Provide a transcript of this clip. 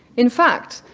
in fact,